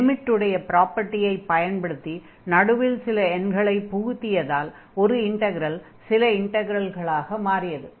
லிமிட்டுடைய ப்ராப்பர்ட்டியை பயன்படுத்தி நடுவில் சில எண்களைப் புகுத்தியதால் ஒரு இன்டக்ரல் சில இன்டக்ரல்களாக மாறியது